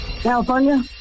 California